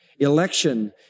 Election